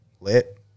lit